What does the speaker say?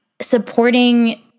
supporting